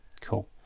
cool